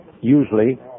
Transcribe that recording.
usually